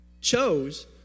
chose